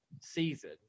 season